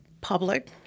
public